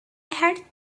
had